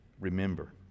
remember